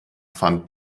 fand